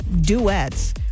duets